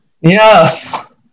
Yes